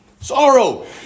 Sorrow